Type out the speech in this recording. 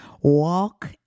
Walk